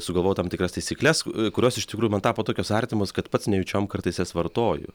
sugalvojau tam tikras taisykles kurios iš tikrųjų man tapo tokios artimos kad pats nejučiom kartais jas vartoju